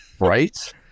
Right